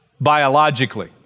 biologically